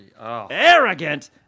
arrogant